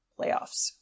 playoffs